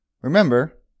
remember